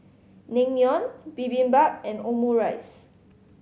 Naengmyeon Bibimbap and Omurice